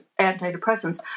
antidepressants